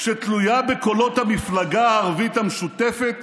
שתלויה בקולות המפלגה הערבית המשותפת